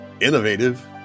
Innovative